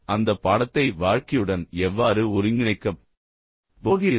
அந்த பாடத்தை உங்கள் வாழ்க்கையுடன் எவ்வாறு ஒருங்கிணைக்கப் போகிறீர்கள்